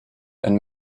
and